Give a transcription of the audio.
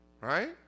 right